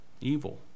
Evil